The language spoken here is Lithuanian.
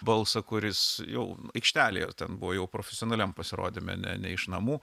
balsą kuris jau aikštelėje ten buvo jau profesionaliam pasirodyme ne ne iš namų